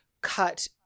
cut